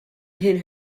hid